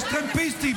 יש טרמפיסטים,